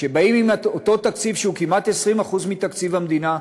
שבאים עם אותו תקציב שהוא כמעט 20% מתקציב המדינה,